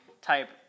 type